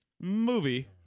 Movie